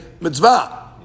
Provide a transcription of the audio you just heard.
mitzvah